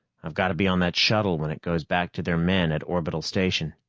i've got to be on that shuttle when it goes back to their men at orbital station.